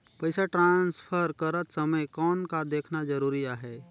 पइसा ट्रांसफर करत समय कौन का देखना ज़रूरी आहे?